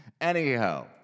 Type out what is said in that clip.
Anyhow